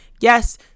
Yes